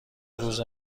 روز